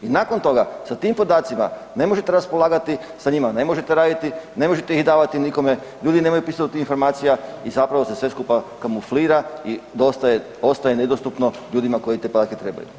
I nakon toga, sa tim podacima ne možete raspolagati sa njima, ne možete raditi, ne možete ih davati nikome, ljudi nemaju pristup informacija i zapravo se sve skupa kamuflira i ostaje nedostupno ljudima koji te podatke trebaju.